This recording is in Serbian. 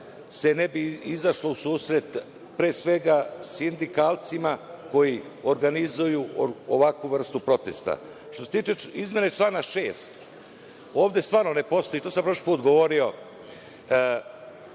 se ne bi izašlo u susret, pre svega, sindikalcima koji organizuju ovakvu vrstu protesta. Što se tiče izmene člana 6, ovde stvarno ne postoji i to sam prošli put govorio,